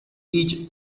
each